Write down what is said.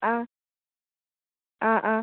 ആ ആ ആ